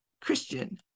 Christian